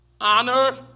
Honor